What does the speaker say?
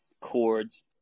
chords